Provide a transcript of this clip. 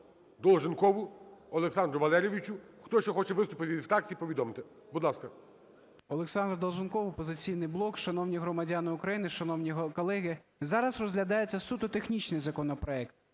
Долженкову Олександру Валерійовичу. Хто ще хоче виступити із фракцій, повідомте. Будь ласка. 16:56:18 ДОЛЖЕНКОВ О.В. Олександр Долженков, "Опозиційний блок". Шановні громадяни України, шановні колеги, зараз розглядається суто технічний законопроект,